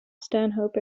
stanhope